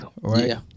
right